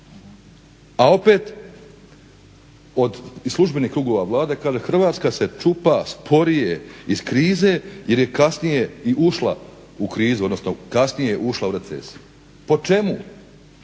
A opet iz službenih krugova Vlade kaže Hrvatska se čupa sporije iz krize jer je kasnije i ušla u krizu, odnosno kasnije je ušla u recesiju. Po čemu